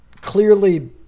clearly